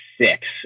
six